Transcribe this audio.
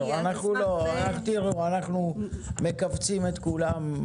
אנחנו מקבצים את כולם,